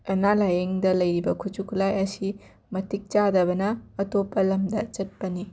ꯑꯅꯥ ꯂꯥꯌꯦꯡꯗ ꯂꯩꯔꯤꯕ ꯈꯨꯠꯁꯨ ꯈꯨꯠꯂꯥꯏ ꯑꯁꯤ ꯃꯇꯤꯛ ꯆꯥꯗꯕꯅ ꯑꯇꯣꯞꯄ ꯂꯝꯗ ꯆꯠꯄꯅꯤ